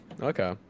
Okay